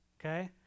okay